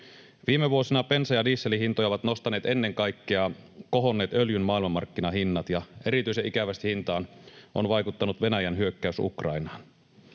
Viime vuosina bensan ja dieselin hintoja ovat nostaneet ennen kaikkea kohonneet öljyn maailmanmarkkinahinnat, ja erityisen ikävästi hintaan on vaikuttanut Venäjän hyökkäys Ukrainaan.